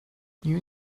you